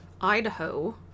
Idaho